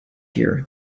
here